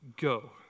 go